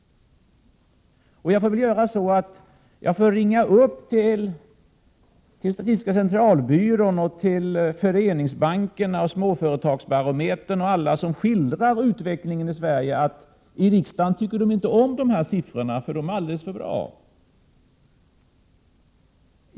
Då får jag väl ringa upp statistiska centralbyrån, Föreningsbankerna, Småföretagsbarometern och alla som skildrar utvecklingen i Sverige och säga: I riksdagen tycker man inte om de siffror som ni redovisar — de är alldeles för bra.